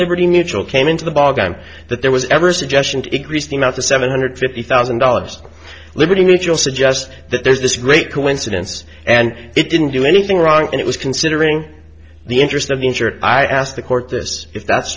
liberty mutual came into the ballgame that there was ever a suggestion to increase the amount the seven hundred fifty thousand dollars liberty mutual suggest that there's this great coincidence and it didn't do anything wrong and it was considering the interest of the insured i asked the court this if that's